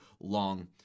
long